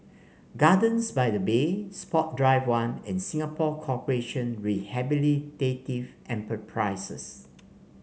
Gardens by the Bay Sports Drive One and Singapore Corporation Rehabilitative Enterprises